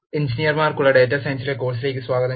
എഞ്ചിനീയർമാർക്കുള്ള data സയൻസിലെ കോഴ് സിലേക്ക് സ്വാഗതം